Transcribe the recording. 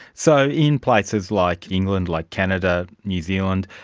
so in places like england, like canada, new zealand,